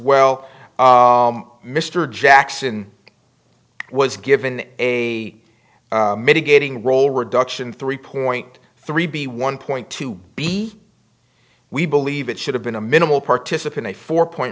well mr jackson was given a mitigating role reduction three point three b one point two b we believe it should have been a minimal participant a four point